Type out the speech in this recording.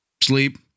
sleep